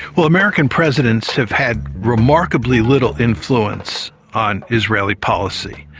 well, american presidents have had remarkably little influence on israeli policy.